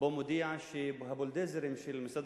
ובה הוא מודיע שהבולדוזרים של משרד